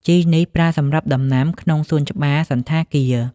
ជីនេះប្រើសម្រាប់ដាំដំណាំក្នុងសួនច្បារសណ្ឋាគារ។